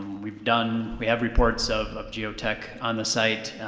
we've done, we have reports of of geotech on the site,